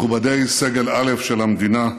מכובדי סגל א' של המדינה,